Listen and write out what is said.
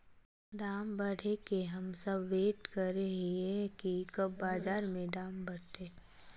दाम बढ़े के हम सब वैट करे हिये की कब बाजार में दाम बढ़ते?